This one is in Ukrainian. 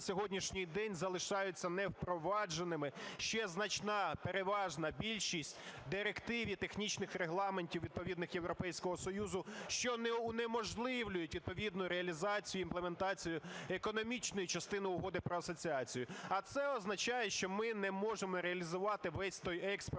сьогоднішній день залишаються невпровадженими ще значна, переважна більшість директив і технічних регламентів відповідних Європейського Союзу, що унеможливлюють відповідну реалізацію, імплементацію економічної частини Угоди про асоціацію. А це означає, що ми не можемо реалізувати весь той експортний